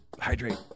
hydrate